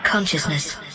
consciousness